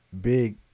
big